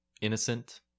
innocent